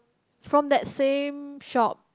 from the same shop